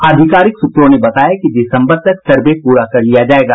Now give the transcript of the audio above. आधिकारिक सूत्रों ने बताया कि दिसम्बर तक सर्वे पूरा कर लिया जायेगा